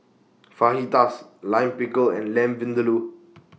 Fajitas Lime Pickle and Lamb Vindaloo